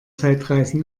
zeitreisen